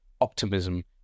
optimism